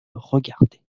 regarder